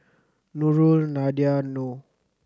Nurul Nadia and Noh